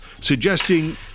suggesting